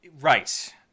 Right